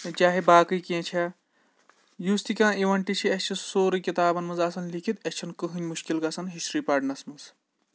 چاہے باقٕے کیٚنٛہہ چھےٚ یُس تہِ کانٛہہ اِوٮ۪نٛٹ چھِ اَسہِ چھِ سورُے کِتابَن منٛز آسان لیٚکھِتھ اَسہِ چھَنہٕ کٕہۭنۍ مُشکِل گژھان ہِسٹِرٛی پَرنَس منٛز